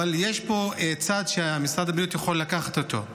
אבל יש פה צד שמשרד הבריאות יכול לקחת אותו,